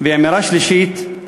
אמירה שלישית,